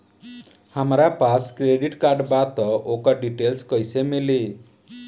हमरा पास credit card बा त ओकर डिटेल्स कइसे मिली?